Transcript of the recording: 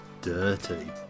dirty